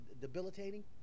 debilitating